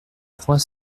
trois